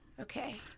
Okay